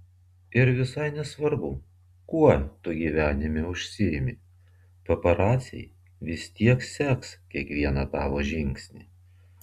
ir visai nesvarbu kuo tu gyvenime užsiimi paparaciai vis tiek seks kiekvieną tavo žingsnį